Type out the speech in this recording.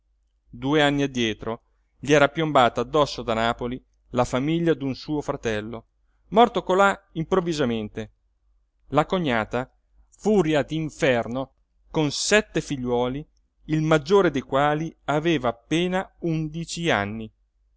due anni addietro gli era piombata addosso da napoli la famiglia d'un suo fratello morto colà improvvisamente la cognata furia d'inferno con sette figliuoli il maggiore dei quali aveva appena undici anni